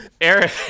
eric